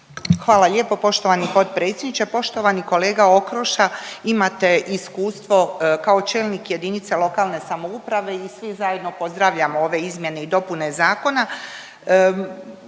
Hvala lijepa poštovani potpredsjedniče. Poštovani kolege Okroša imate iskustvo kao čelnik jedinice lokalne samouprave i svi zajedno pozdravljamo ove izmjene i dopune zakona.